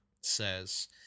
says